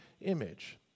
image